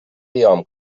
قیام